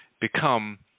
become